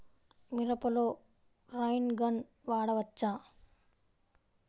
మిరపలో rain gun వాడవచ్చా?